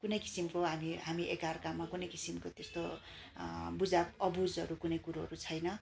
कुनै किसिमको हामी हामी एकअर्कामा कुनै किसिमको त्यस्तो बुजा अबुझहरू कुनै कुरोहरू छैन